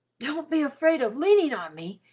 don't be afraid of leaning on me,